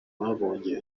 babonye